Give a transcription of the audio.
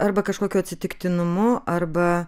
arba kažkokiu atsitiktinumu arba